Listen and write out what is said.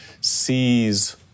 sees